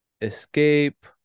escape